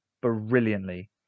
brilliantly